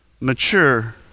Mature